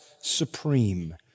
supreme